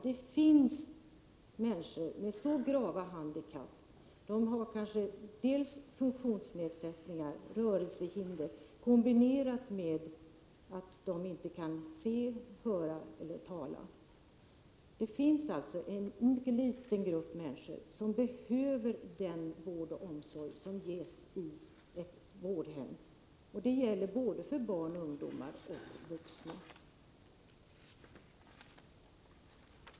Det finns en liten grupp människor med så grava handikapp — de har kanske funktionsnedsättningar och rörelsehinder kombinerat med att de inte kan se, höra eller tala — att de behöver den vård och omsorg som ges i ett vårdhem. Det gäller både barn och ungdomar samt vuxna.